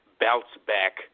bounce-back